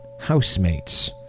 housemates